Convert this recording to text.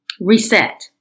reset